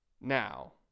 Now